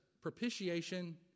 propitiation